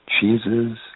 cheeses